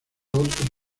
otros